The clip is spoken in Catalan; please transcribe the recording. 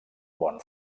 món